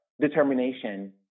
determination